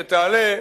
שתעלה,